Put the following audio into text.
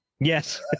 yes